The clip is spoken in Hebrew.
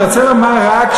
אני רוצה לומר רק,